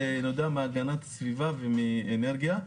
זה נודע מהגנת הסביבה ומשרד האנרגיה,